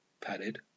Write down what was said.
padded